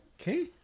Okay